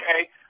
okay